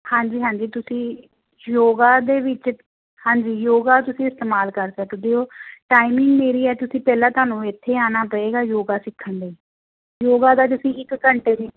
ਹਾਂਜੀ ਹਾਂਜੀ ਤੁਸੀਂ ਯੋਗਾ ਦੇ ਵਿੱਚ ਹਾਂਜੀ ਯੋਗਾ ਤੁਸੀਂ ਇਸਤੇਮਾਲ ਕਰ ਸਕਦੇ ਹੋ ਟਾਈਮਿੰਗ ਮੇਰੀ ਹੈ ਤੁਸੀਂ ਪਹਿਲਾਂ ਤੁਹਾਨੂੰ ਇੱਥੇ ਆਉਣਾ ਪਏਗਾ ਯੋਗਾ ਸਿੱਖਣ ਦੇ ਲਈ ਯੋਗਾ ਦਾ ਤੁਸੀਂ ਇੱਕ ਘੰਟੇ ਦੀ